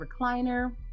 recliner